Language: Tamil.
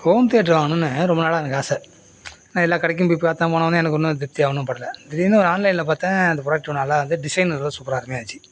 ஹோம் தியேட்டர் வாங்கணுன்னு ரொம்ப நாளாக எனக்கு ஆசை நான் எல்லாக்கடைக்கும் போய் பார்த்தேன் போனேன் வந்தேன் எனக்கு ஒன்றும் திருப்தியாக ஒன்றும் படலை திடிர்னு ஒரு ஆன்லைனில் பார்த்தேன் அந்த ப்ராடக்ட் ஒன்று நல்லா இருந்தது டிசைனும் சூப்பராக அருமையாக இருந்துச்சு